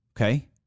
Okay